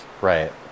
right